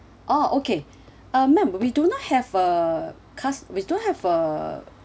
orh okay um ma'am we do not have a cus~ we don't have a